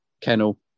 kennel